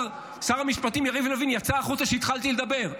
שר המשפטים יריב לוין יצא החוצה כשהתחלתי לדבר.